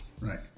Right